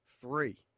Three